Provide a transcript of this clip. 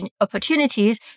opportunities